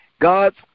God's